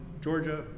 Georgia